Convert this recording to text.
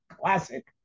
classic